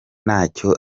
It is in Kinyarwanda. ntacyo